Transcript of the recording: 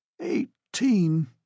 Eighteen